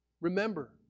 Remember